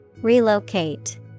Relocate